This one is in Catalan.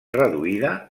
reduïda